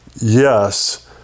yes